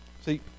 See